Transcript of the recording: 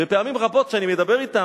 ופעמים רבות כשאני מדבר אתם,